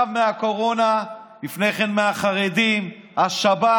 עכשיו מהקורונה, לפני כן מהחרדים, השבת.